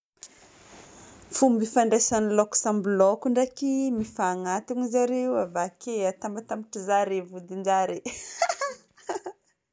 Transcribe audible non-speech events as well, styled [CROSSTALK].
Fomba ifandraisan'ny laoko samby laoko ndraiky, mifagnatona zareo avake atambatambatry zare vodin-jare [LAUGHS]